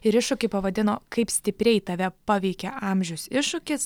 ir iššūkį pavadino kaip stipriai tave paveikė amžius iššūkis